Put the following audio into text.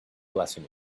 blessing